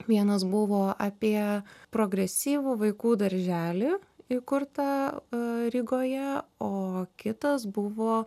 vienas buvo apie progresyvų vaikų darželį įkurtą rygoje o kitas buvo